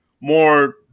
more